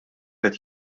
qed